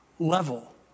level